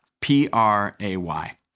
P-R-A-Y